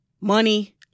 money